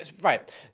right